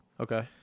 okay